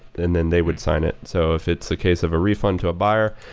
and then they would sign it. so if it's a case of a refund to a buyer,